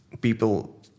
people